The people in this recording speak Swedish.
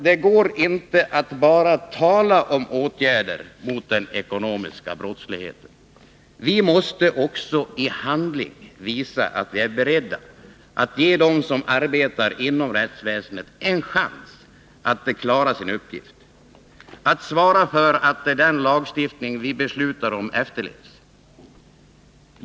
Det går inte att bara tala om åtgärder mot den ekonomiska brottsligheten. Vi måste också i handling visa att vi är beredda att ge dem som arbetar inom rättsväsendet en chans att klara sin uppgift — att svara för att den lagstiftning vi beslutar om efterlevs.